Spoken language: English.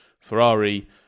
ferrari